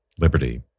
liberty